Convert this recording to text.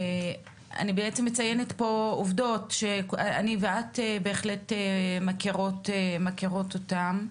אני בעצם מציינת פה עובדות שאני ואת בהחלט מכירות אותן.